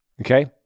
okay